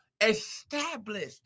established